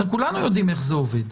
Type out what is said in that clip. כולנו יודעים איך זה עובד.